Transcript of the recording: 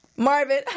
Marvin